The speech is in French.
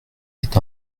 est